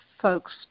folks